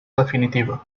definitiva